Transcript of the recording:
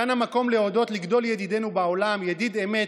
כאן המקום להודות לגדול ידידינו בעולם, ידיד אמת,